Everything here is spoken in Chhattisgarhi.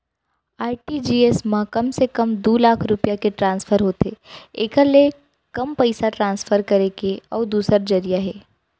आर.टी.जी.एस म कम से कम दू लाख रूपिया के ट्रांसफर होथे एकर ले कम पइसा ट्रांसफर करे के अउ दूसर जरिया हे